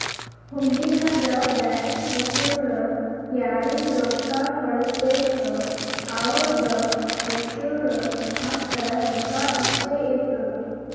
ಹುಂಡಿ ನಾಗ್ ಬ್ಯಾಂಕ್ ಹೆಸುರ್ ಯಾರಿಗ್ ರೊಕ್ಕಾ ಕಳ್ಸುಬೇಕ್ ಅವ್ರದ್ ಹೆಸುರ್ ಮತ್ತ ರೊಕ್ಕಾ ಇಷ್ಟೇ ಇರ್ತುದ್